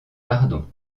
pardon